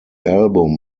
album